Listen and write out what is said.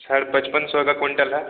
छड़ पचपन सौ का कुंटल है